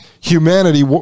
humanity